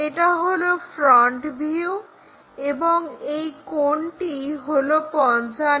এটা হলো front view এবং এই কোণটি হলো 55°